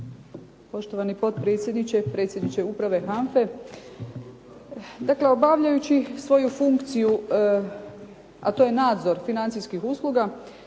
Poštovani potpredsjedniče, predsjedniče Uprave HANFA-e. Dakle, obavljajući svoju funkciju, a to je nadzor financijskih usluga